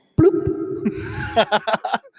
Bloop